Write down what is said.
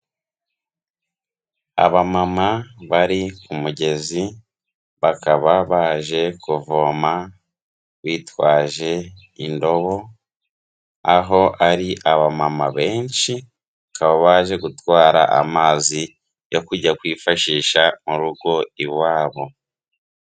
Abamama bari ku mugezi, bakaba baje kuvoma bitwaje indobo, aho ari abamama benshi, bakaba baje gutwara amazi yo kujya kwifashisha mu rugo iwabo.